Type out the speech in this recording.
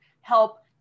help